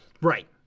Right